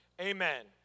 Amen